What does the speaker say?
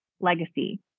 legacy